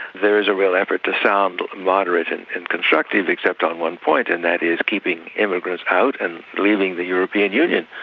there is a real effort to sound moderate and and constructive, except on one point and that is keeping immigrants out and leaving the european union,